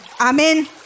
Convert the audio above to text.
Amen